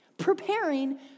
preparing